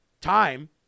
time